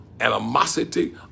animosity